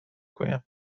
گویم